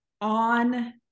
on